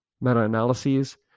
meta-analyses